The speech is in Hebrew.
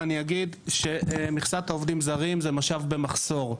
ואני אגיד שמסכת העובדים הזרים היא משאב במחסור.